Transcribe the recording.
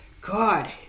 God